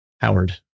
Howard